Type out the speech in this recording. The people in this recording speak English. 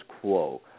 quo